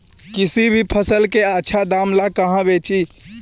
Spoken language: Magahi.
किसी भी फसल के आछा दाम ला कहा बेची?